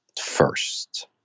first